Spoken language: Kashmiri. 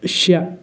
شیٚے